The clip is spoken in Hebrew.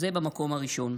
זה במקום הראשון.